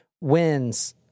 wins